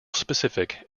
specific